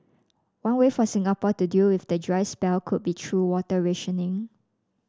one way for Singapore to deal with the dry spell could be through water rationing